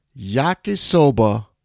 Yakisoba